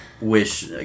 wish